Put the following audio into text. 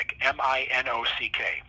M-I-N-O-C-K